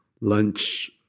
lunch